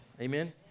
amen